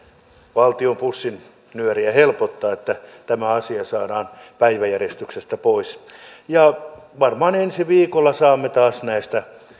valtion pussinnyörejä helpottaa että tämä asia saadaan päiväjärjestyksestä pois ja varmaan ensi viikolla saamme taas näitä